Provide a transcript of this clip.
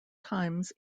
times